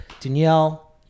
Danielle